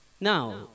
Now